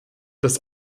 das